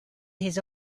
this